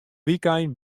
wykein